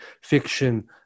fiction